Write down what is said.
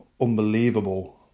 unbelievable